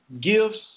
gifts